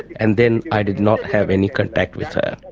and then i did not have any contact with her.